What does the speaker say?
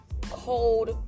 cold